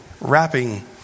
wrapping